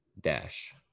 dash